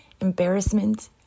embarrassment